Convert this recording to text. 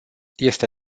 este